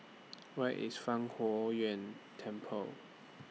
Where IS Fang Huo Yuan Temple